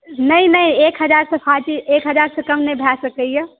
नहि नहि एक हजार सॅं फाजिल कम नहि लागि सकैया